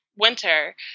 Winter